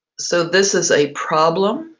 so this is a problem.